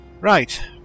Right